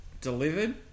delivered